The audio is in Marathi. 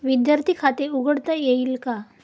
विद्यार्थी खाते उघडता येईल का?